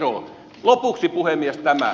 lopuksi puhemies tämä